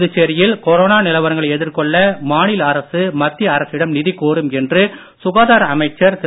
புதுச்சேரியில் கொரோனா நிலவரங்களை எதிர்கொள்ள மாநில அரசு மத்திய அரசிடம் நிதி கோரும் என்று சுகாதார அமைச்சர் திரு